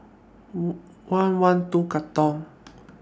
one one two Katong